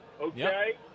Okay